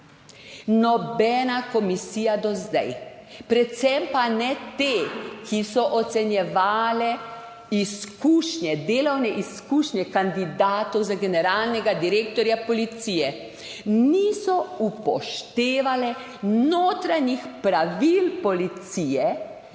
nobena komisija do zdaj, predvsem pa ne te, ki so ocenjevale izkušnje delovne izkušnje kandidatov za generalnega direktorja policije, niso upoštevale notranjih pravil policije